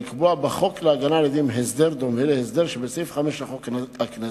מוצע לקבוע בחוק להגנה על עדים הסדר דומה להסדר שבסעיף 5 לחוק הכנסת,